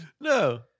No